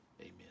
Amen